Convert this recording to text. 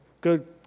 Good